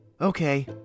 Okay